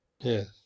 Yes